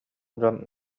дьон